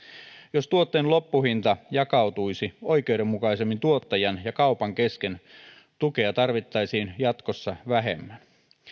jos tuotteen loppuhinta jakautuisi oikeudenmukaisemmin tuottajan ja kaupan kesken tukea tarvittaisiin jatkossa vähemmän